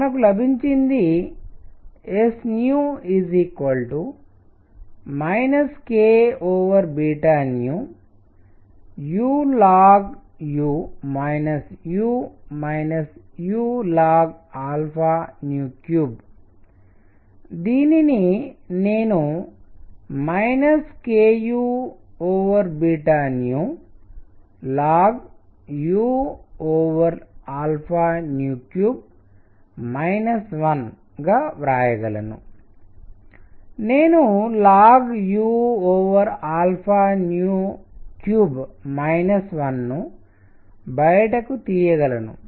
మనకు లభించింది s kulnu u uln3 దీనిని నేను kuln 1గా వ్రాయగలను నేను ln 1ను బయటకు తీయగలను